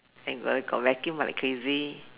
and gotta got vacuum ah like crazy